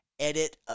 edit